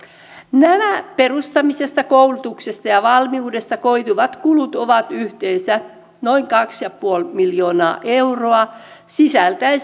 nämä perustamisesta koulutuksesta ja valmiudesta koituvat kulut ovat yhteensä noin kaksi pilkku viisi miljoonaa euroa sisältäen